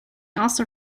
also